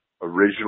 Original